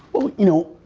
well, you know,